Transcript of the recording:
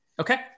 okay